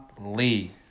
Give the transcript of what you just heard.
Lee